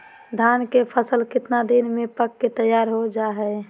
धान के फसल कितना दिन में पक के तैयार हो जा हाय?